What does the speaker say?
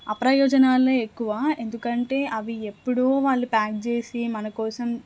అప్రయోజనాలే ఎక్కువ ఎందుకంటే అవి ఎప్పుడూ వాళ్ళు ప్యాక్ చేసి మనకోసం